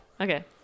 okay